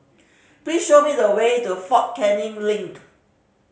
please show me the way to Fort Canning Link